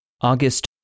August